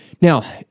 Now